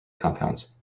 compounds